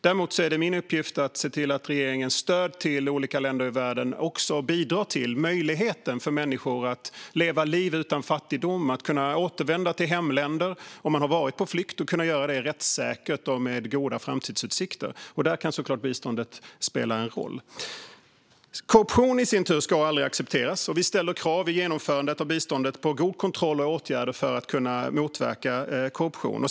Däremot är det min uppgift att se till att regeringens stöd till olika länder i världen också bidrar till möjligheten för människor att leva liv utan fattigdom och att kunna återvända till sina hemländer om de varit på flykt, och de ska kunna göra det rättssäkert och med goda framtidsutsikter. Där kan såklart biståndet spela en roll. Korruption ska aldrig accepteras. Vi ställer i genomförandet av biståndet krav på god kontroll och åtgärder för att motverka korruption.